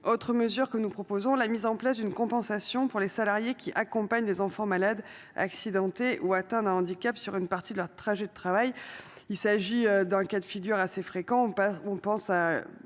De même, nous proposons une compensation pour les salariés qui accompagnent des enfants malades, accidentés ou atteints d’un handicap sur une partie de leur trajet de travail. Il s’agit d’un cas de figure assez fréquent,